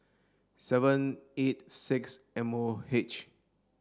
seven eight six M O H